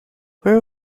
where